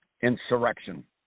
insurrection